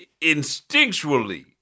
instinctually